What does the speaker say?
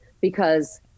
because-